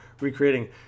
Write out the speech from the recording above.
recreating